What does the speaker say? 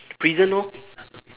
prison orh